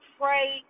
pray